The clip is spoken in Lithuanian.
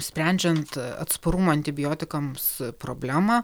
sprendžiant atsparumo antibiotikams problemą